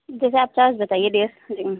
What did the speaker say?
तो फिर आप प्राइज़ बताइए डियर जी